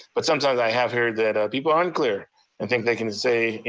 but sometimes i have heard that people are unclear and think they can say